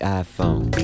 iPhone